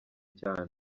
cyane